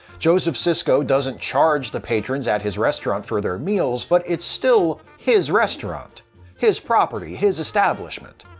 joseph sisko doesn't charge the patrons at his restaurant for their meals, but it's still his restaurant his property, his establishment.